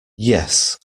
yes